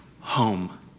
home